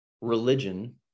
religion